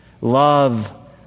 Love